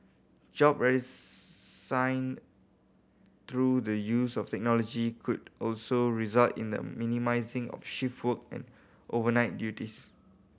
job through the use of technology could also result in the minimising of shift work and overnight duties